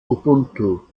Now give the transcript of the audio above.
ubuntu